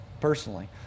personally